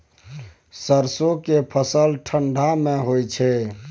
सरसो के फसल ठंडा मे होय छै?